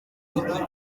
iki